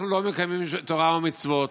אנחנו לא מקיימים תורה ומצוות,